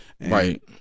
Right